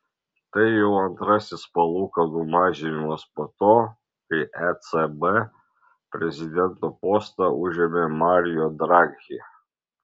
tai jau antrasis palūkanų mažinimas po to kai ecb prezidento postą užėmė mario draghi